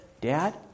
Dad